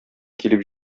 килеп